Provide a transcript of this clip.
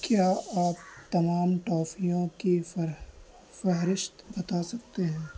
کیا آپ تمام ٹافیوں کی فہرست بتا سکتے ہیں